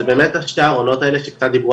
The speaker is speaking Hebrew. זה באמת שני הארונות האלה שקצת דיברו